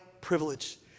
privilege